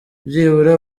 byibura